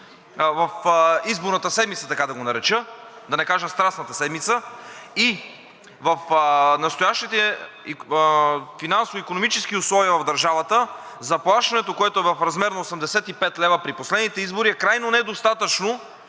в изборната седмица, така да го нарека, да не кажа „Страстната седмица“, и в настоящите финансово-икономически условия в държавата заплащането, което е в размер на 85 лв. при последните избори, е крайно недостатъчно,